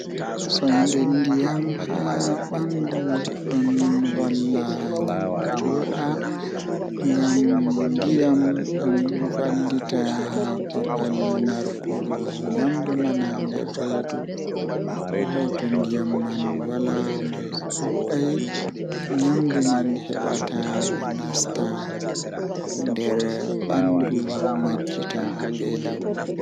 Tomi heɓi kuugal jei mi Wala wakkati miɗon So miɗo heɓi jam, miɗo yiɗi waɗde caɗeele kadi naatude e waɗde goɗɗum. Miɗo yiɗi wiiɗde caɗeele kadi mi yeddi ko waawugol yi'ude leydi maɓɓe.